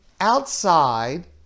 outside